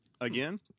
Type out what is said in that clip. again